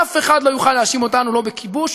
אף אחד לא יוכל להאשים אותנו לא בכיבוש,